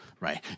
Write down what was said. Right